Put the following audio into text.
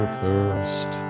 thirst